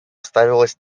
ставилась